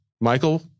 michael